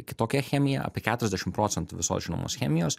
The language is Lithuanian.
kitokia chemija apie keturiasdešim procentų visos žinomos chemijos